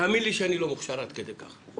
תאמין לי שאני לא מוכשר עד כדי כך.